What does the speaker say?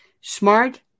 Smart